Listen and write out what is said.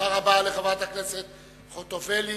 תודה רבה לחברת הכנסת חוטובלי.